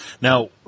Now